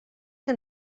que